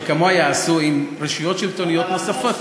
שיעשו כמוה עם רשויות שלטוניות נוספות.